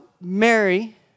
Mary